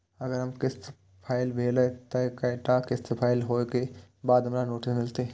अगर हमर किस्त फैल भेलय त कै टा किस्त फैल होय के बाद हमरा नोटिस मिलते?